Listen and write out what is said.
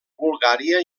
bulgària